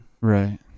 Right